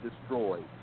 destroyed